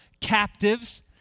captives